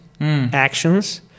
actions